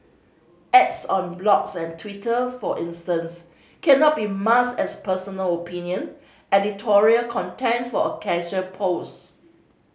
ads on blogs and Twitter for instance cannot be masked as personal opinion editorial content or a casual post